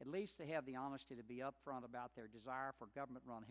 at least they have the honesty to be upfront about their desire for government run